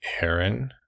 Aaron